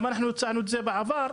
גם אנחנו הצענו את זה בעבר,